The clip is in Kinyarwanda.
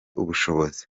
ubushobozi